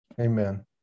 Amen